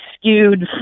skewed